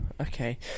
Okay